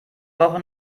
woche